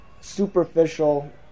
superficial